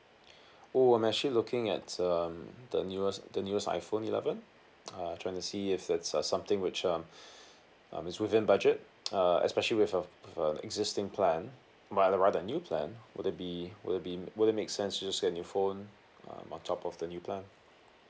oh I'm actually looking at um the newest the newest iphone eleven uh trying to see if that's something which um um is within budget uh especially with a with a existing plan my rather than a new plan would that be will that be will that make sense just to get a new phone uh on top of the new plan